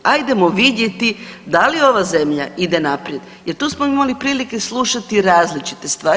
Ajdemo vidjeti da li ova zemlja ide naprijed jer tu smo imali prilike slušati različite stvari.